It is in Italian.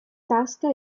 tasca